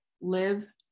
Live